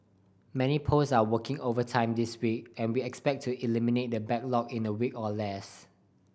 many post are working overtime this week and we expect to eliminate the backlog in a week or less